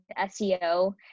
SEO